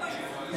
משה